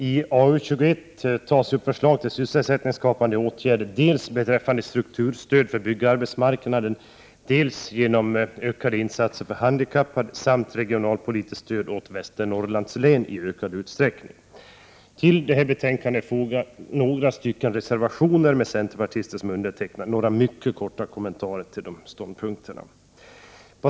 Fru talman! I AU21 behandlas förslag till sysselsättningsskapande åtgärder — dels strukturstöd för byggarbetsmarknaden, dels ökade insatser för handikappade och dels ökat regionalpolitiskt stöd till Västernorrlands län. Till betänkandet är fogade några reservationer med centerpartister som undertecknare. Några mycket korta kommentarer till dessa ståndpunkter.